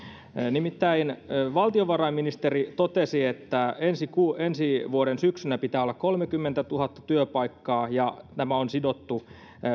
nimittäin valtiovarainministeri totesi että ensi vuoden syksyllä pitää olla kolmekymmentätuhatta työpaikkaa ja nämä on sidottu